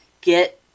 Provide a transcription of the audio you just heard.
get